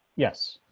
yes.